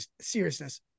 seriousness